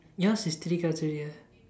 yours is three cards already ah